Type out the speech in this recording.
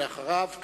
ואחריו,